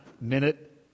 minute